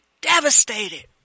devastated